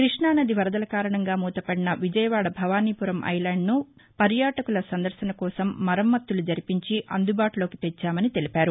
క్బష్టానది వరదల కారణంగా మూతపడిన విజయవాడ భవానీపురం ఐలండ్ను పర్యాటకుల సందర్భన కోసం మరమ్మతులు జరిపించి అందుబాటులోకి తెచ్చామని తెలిపారు